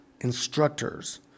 instructors